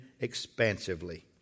expansively